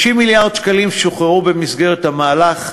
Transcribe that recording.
60 מיליארד שקלים שוחררו במסגרת המהלך.